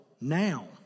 now